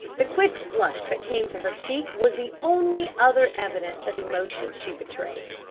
the quick flush that came to her cheek was the only other evidence of emotion she betrayed.